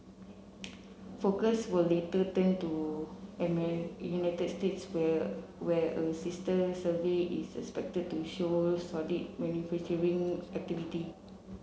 focus will later turn to United States where where a sister survey is expected to show solid manufacturing activity